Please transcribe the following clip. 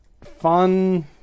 fun